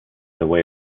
away